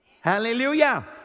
Hallelujah